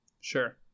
Sure